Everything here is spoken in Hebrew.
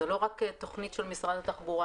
זה לא רק תכנית של משרד התחבורה,